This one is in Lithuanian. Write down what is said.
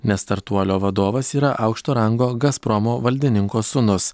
nes startuolio vadovas yra aukšto rango gazpromo valdininko sūnus